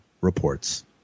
reports